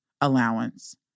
allowance